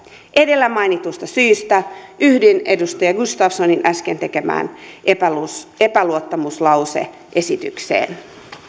edellä mainituista syistä yhdyn edustaja gustafssonin äsken tekemään epäluottamuslause esitykseen